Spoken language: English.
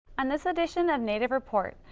on this edition of native report,